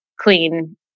clean